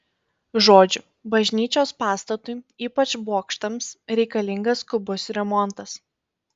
žodžiu bažnyčios pastatui ypač bokštams reikalingas skubus remontas